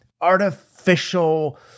artificial